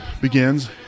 begins